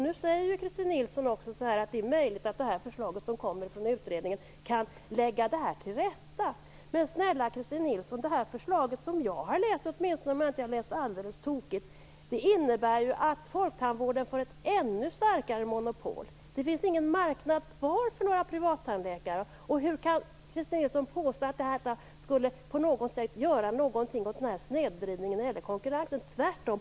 Nu säger Christin Nilsson också att det är möjligt att utredningens förslag kan lägga denna situation till rätta. Men snälla Christin Nilsson, förslaget innebär - om jag inte har läst alldeles tokigt - att folktandvården får ett ännu starkare monopol. Det finns ingen marknad kvar för några privattandläkare. Hur kan Christin Nilsson påstå att detta skulle göra något åt snedvridningen i konkurrensen. Tvärtom!